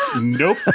Nope